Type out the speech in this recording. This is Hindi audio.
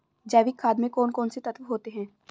जैविक खाद में कौन कौन से तत्व होते हैं?